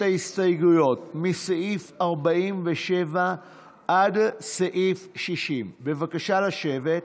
ההסתייגויות מסעיף 47 עד סעיף 60. בבקשה לשבת.